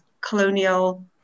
colonial